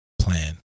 plan